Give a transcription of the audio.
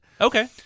Okay